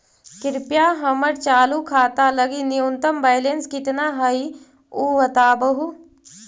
कृपया हमर चालू खाता लगी न्यूनतम बैलेंस कितना हई ऊ बतावहुं